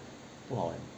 不好 leh